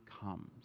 comes